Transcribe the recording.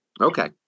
Okay